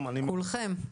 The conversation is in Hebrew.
כולכם.